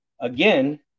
again